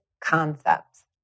concepts